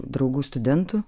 draugų studentų